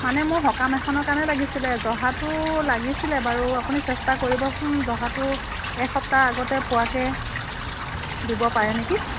মানে মোৰ সকাম এখনৰ কাৰণে লাগিছিলে জহাটো লাগিছিলে বাৰু আপুনি চেষ্টা কৰিবচোন জহাটো এসপ্তাহ আগতে পোৱাকৈ দিব পাৰে নেকি